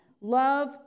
Love